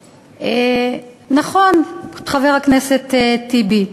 נכון, חבר הכנסת טיבי,